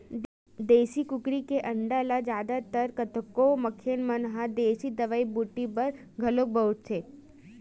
देसी कुकरी के अंडा ल जादा तर कतको मनखे मन ह देसी दवई बूटी बर घलोक बउरथे